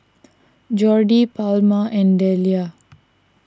Jordy Palma and Deliah